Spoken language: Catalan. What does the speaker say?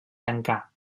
tancar